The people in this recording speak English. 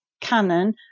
canon